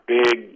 big